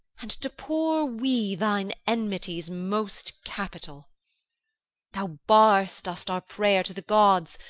and to poor we, thine enmity's most capital thou barr'st us our prayers to the gods,